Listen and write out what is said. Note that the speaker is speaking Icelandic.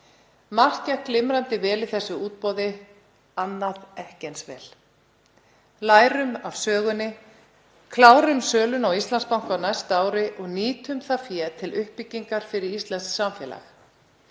gekk glimrandi vel í þessu útboði, annað ekki eins vel. Lærum af sögunni, klárum sölu á Íslandsbanka á næsta ári og nýtum það fé til uppbyggingar fyrir íslenskt samfélag.